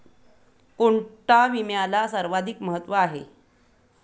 कोणता विम्याला सर्वाधिक महत्व आहे?